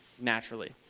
naturally